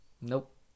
Nope